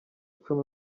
icumi